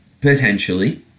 potentially